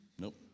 Nope